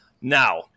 Now